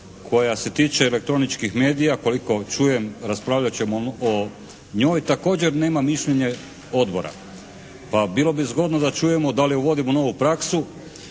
koja se tiče elektroničkih medija. Koliko čujem raspravljat ćemo o njoj, također nema mišljenje odbora. Pa bilo bi zgodno da čujemo da li uvodimo novu praksu